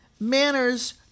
Manners